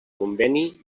conveni